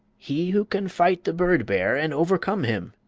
he who can fight the bird-bear and overcome him,